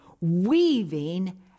weaving